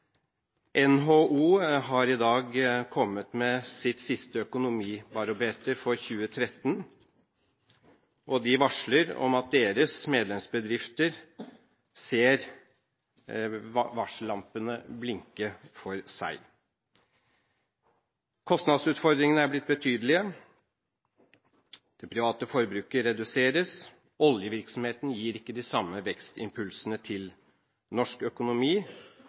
NHO har i dag kommet med sitt siste økonomibarometer for 2013, og de varsler om at deres medlemsbedrifter ser varsellampene blinke for seg. Kostnadsutfordringene er blitt betydelige, det private forbruket reduseres, oljevirksomheten gir ikke de samme vekstimpulsene til norsk økonomi,